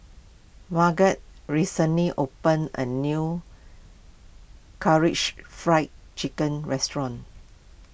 Marget recently opened a new Karaage Fried Chicken restaurant